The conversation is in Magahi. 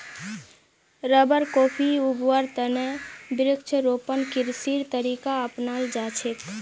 रबर, कॉफी उगव्वार त न वृक्षारोपण कृषिर तरीका अपनाल जा छेक